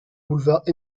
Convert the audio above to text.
boulevard